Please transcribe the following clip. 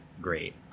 great